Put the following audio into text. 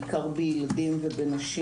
בעיקר בילדים ובנשים.